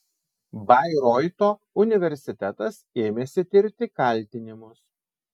bairoito universitetas ėmėsi tirti kaltinimus